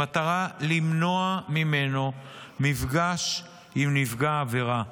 במטרה למנוע ממנו מפגש עם נפגע העבירה,